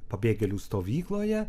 pabėgėlių stovykloje